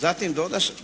Zatim